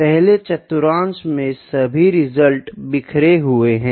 पहले चतुर्थांश में सभी परिणाम बिखरें हुए है